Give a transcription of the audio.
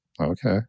Okay